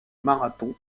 marathon